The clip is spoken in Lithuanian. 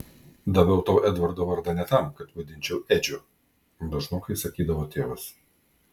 daviau tau edvardo vardą ne tam kad vadinčiau edžiu dažnokai sakydavo tėvas